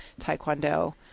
taekwondo